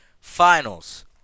finals